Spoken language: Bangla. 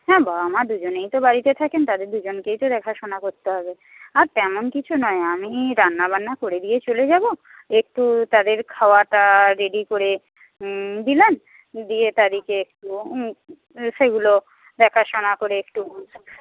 হ্যাঁ বাবা মা দুজনেই তো বাড়িতে থাকেন তাদের দুজনকেই তো দেখাশোনা করতে হবে আর তেমন কিছু নয় আমি রান্না বান্না করে দিয়ে চলে যাব একটু তাদের খাওয়াটা রেডি করে দিলাম দিয়ে সেগুলো দেখাশোনা করে একটু